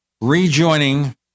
rejoining